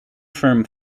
firm